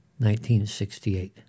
1968